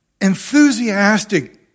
enthusiastic